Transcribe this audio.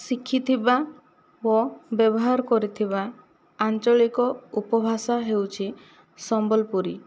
ଶିଖିଥିବା ଓ ବ୍ୟବହାର କରିଥିବା ଆଞ୍ଚଳିକ ଉପଭାଷା ହେଉଛି ସମ୍ବଲପୁରୀ